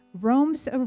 roams